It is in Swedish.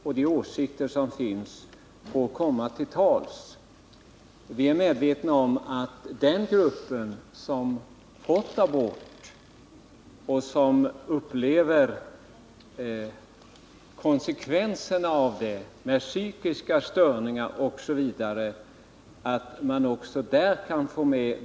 Jag tänker inte minst på de kvinnor som efter genomgången abort fått psykiska störningar och liknande.